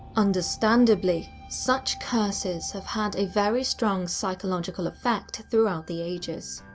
understandably, such curses have had a very strong psychological effect throughout the ages.